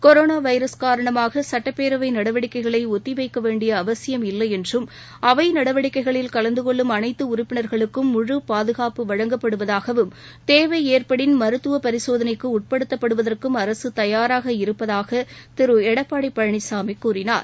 corona virus காரணமாக சட்டப்பேரவை நடவடிக்கைகளை ஒத்திவைக்க வேண்டிய அவசியம் இல்லை என்றும் அவை நடவடிக்கைகளில் கலந்துகொள்ளும் அனைத்து உறுப்பினர்களுக்கும் முழு பாதுகாப்பு வழங்கப்படுவதாகவும் தேவை ஏற்படின் மருத்துவ பரிசோதனைக்கு உட்படுத்தப்படுவதற்கும் அரசு தயாராக இருப்பதாக திரு எடப்பாடி பழனிசாமி கூறினார்